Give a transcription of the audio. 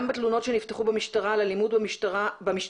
גם בתלונות שנפתחו במשטרה על אלימות במשפחה